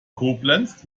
koblenz